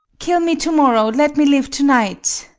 kill me to-morrow let me live to-night!